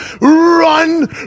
run